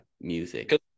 music